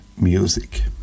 music